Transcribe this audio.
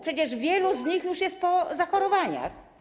Przecież wielu z nich już jest po zachorowaniach.